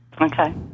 Okay